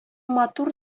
матур